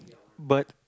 but